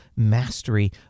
mastery